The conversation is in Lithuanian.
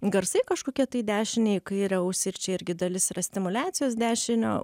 garsai kažkokie tai į dešinę į kairę ausį ir čia irgi dalis yra stimuliacijos dešinio